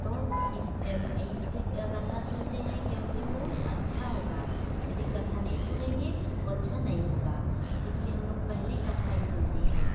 तो इसलिए कथा सुनते हैं कि वो अच्छा होगा यदि कथा नही सुनेंगे तो अच्छा नहीं होगा इसलिए हम लोग पहले कथा ही सुनते हैं